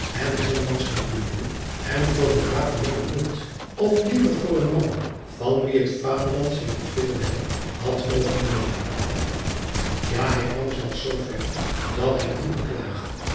en gebeurde hem voor een braven jongen hield of liever voor een man van wien het vaderland zich nog veel heil had mogen beloven a hij kwam zelfs zooverre dat hij u